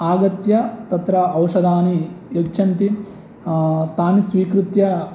आगत्य तत्र औषधानि यच्छन्ति तानि स्वीकृत्य